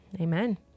Amen